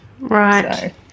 Right